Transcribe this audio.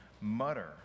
mutter